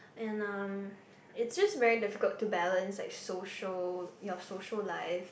and um it's just very difficult to balance like social your social life